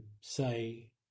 say